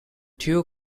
two